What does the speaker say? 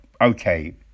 Okay